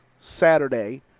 Saturday